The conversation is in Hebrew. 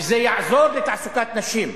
וזה יעזור לתעסוקת נשים.